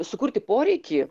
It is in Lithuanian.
sukurti poreikį